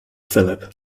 philip